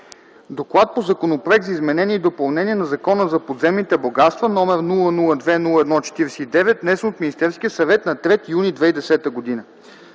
гласуване Законопроекта за изменение и допълнение на Закона за подземните богатства под № 002-01-49, внесен от Министерския съвет на 3 юни 2010 г.